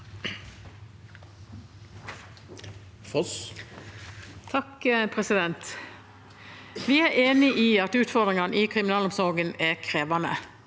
Vi er enig i at utfordrin- gene i kriminalomsorgen er krevende,